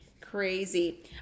Crazy